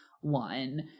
one